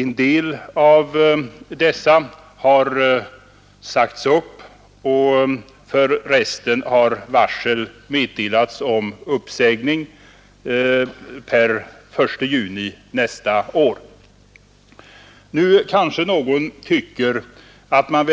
En del av dessa har sagts upp, och för övriga har meddelats varsel om uppsägning per den 1 juni nästa år. Nu kanske någon tycker att man